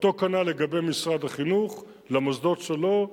אותו כנ"ל לגבי משרד החינוך, למוסדות שלו,